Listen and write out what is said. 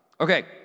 Okay